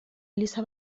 eliza